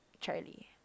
Charlie